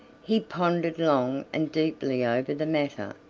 he pondered long and deeply over the matter,